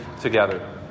together